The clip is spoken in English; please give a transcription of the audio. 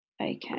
Okay